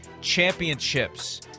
championships